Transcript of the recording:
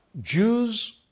Jews